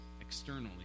externally